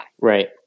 Right